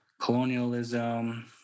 colonialism